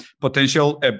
potential